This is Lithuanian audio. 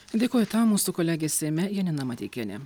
dėkoju tau mūsų kolegė seime janina mateikienė